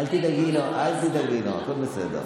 אל תדאגי לו, הכול בסדר.